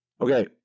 Okay